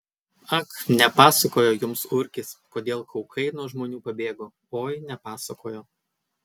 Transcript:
ak nepasakojo jums urkis kodėl kaukai nuo žmonių pabėgo oi nepasakojo